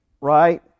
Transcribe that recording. right